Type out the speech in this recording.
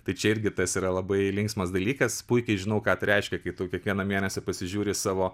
tai čia irgi tas yra labai linksmas dalykas puikiai žinau ką tai reiškia kai tu kiekvieną mėnesį pasižiūri savo